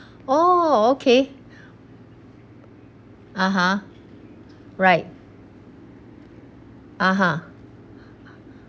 oh okay (uh huh) right (uh huh)